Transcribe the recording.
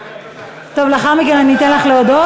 טוב, לאחר מכן אתן לך להודות?